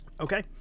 okay